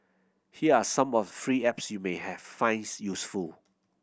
here are some of free apps you may finds useful